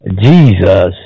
Jesus